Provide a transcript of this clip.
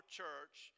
church